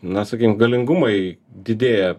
na sakykim galingumai didėja